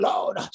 Lord